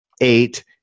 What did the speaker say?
eight